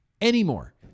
Anymore